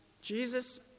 Jesus